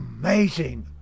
Amazing